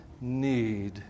need